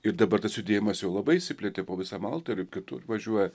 ir dabar tas judėjimas jau labai išsiplėtė po visą maltą ir kitur važiuoja